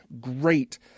great